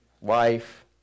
wife